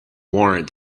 warrant